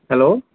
hello